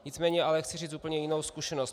Nicméně chci říct úplně jinou zkušenost.